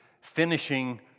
finishing